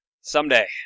someday